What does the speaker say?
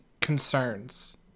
concerns